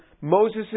Moses